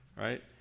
right